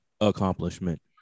accomplishment